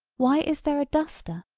why is there a duster,